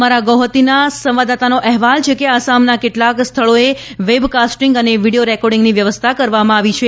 અમારા ગૌહતીના સંવાદદાતાનો અહેવાલ છે કે આસામના કેટલાક સ્થળોએ વેબકાસ્ટીંગ અને વિડિયો રેકોર્ડિંગની વ્યવસ્થા કરવામાં આવી છે